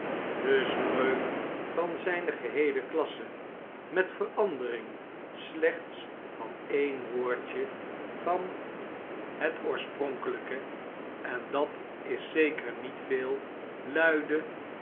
de spreuk van zijne geheele klasse met verandering slechts van een woordje van het monsieur le marquis in de stad oorspronkelpe en dat is zeker niet veel luidde